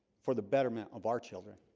for the betterment of our children